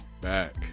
back